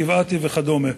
גבעתי וכדומה.